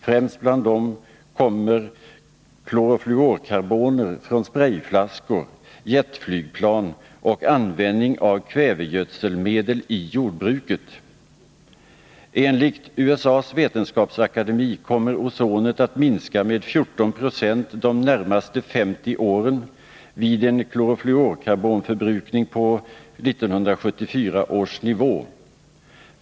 Främst bland dessa kommer klorofluorkarboner från sprayflaskor, jetflygplan och användningen av kvävegödselmedel i jordbruket. Enligt USA:s vetenskapsakademi kommer ozonet att minska med 14 96 de närmaste 50 åren vid en klorofluorkarbonförbrukning på 1974 års nivå.